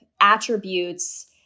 attributes